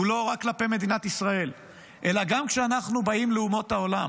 הוא לא רק כלפי מדינת ישראל אלא גם כשאנחנו באים לאומות העולם